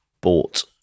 bought